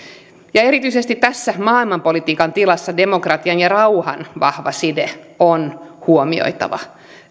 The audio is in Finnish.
erityisesti tässä maailmanpolitiikan tilassa demokratian ja rauhan vahva side on huomioitava